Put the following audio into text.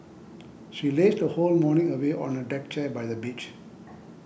she lazed her whole morning away on a deck chair by the beach